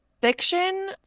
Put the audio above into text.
Fiction